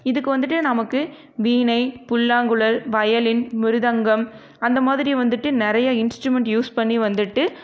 இதுக்கு வந்துட்டு நமக்கு வீணை புல்லாங்குழல் வயலின் மிருதங்கம் அந்தமாதிரி வந்துட்டு நிறைய இன்ஸ்ட்ரூமென்ட் யூஸ் பண்ணி வந்துட்டு